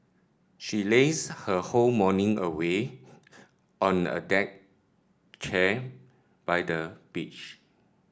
she lazed her whole morning away on a deck chair by the beach